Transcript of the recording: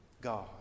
God